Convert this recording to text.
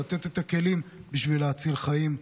לתת את הכלים בשביל להציל חיים.